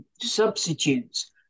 substitutes